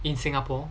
in singapore